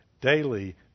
daily